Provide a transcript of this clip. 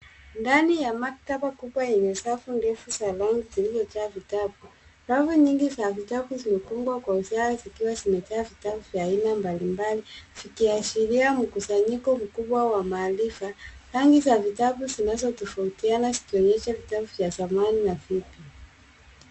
Ndani ya maktaba kubwa yenye safu ndefu za rangi zilizo jaa vitabu. Rafu nyingi ya vitabu zimepangwa kwa usawa zikiwa zimejaa vitabu vya aina mbalimbali vikiashiria mkusanyiko mkubwa wa maarifa. Rangi za vitabu zinazotofautiana zikionyesha vitabu vya zamani na vipya.